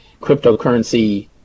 cryptocurrency